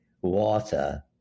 water